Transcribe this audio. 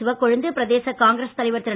சிவக்கொழுந்து பிரதேச காங்கிரஸ் தலைவர் திரு